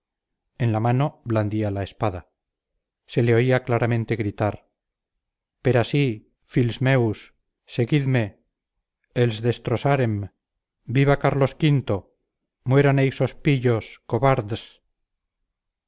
en la mano blandía la espada se le oía claramente gritar per así fills meus seguidme els destrosarem viva carlos v mueran eixos pillos cobards